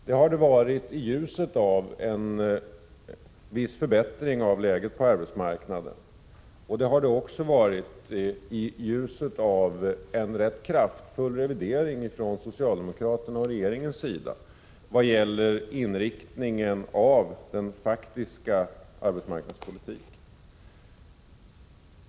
Det har det varit i ljuset av en viss förbättring av läget på arbetsmarknaden, och det har det också varit i ljuset av en rätt kraftfull revidering från socialdemokraternas och regeringens sida vad gäller inriktningen av den faktiska arbetsmarknadspolitiken.